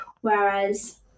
whereas